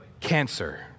cancer